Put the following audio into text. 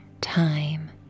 time